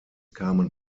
kamen